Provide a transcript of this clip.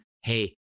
hey